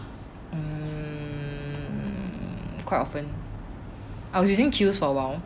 mmhmm quite often I was using Kiehl's for a while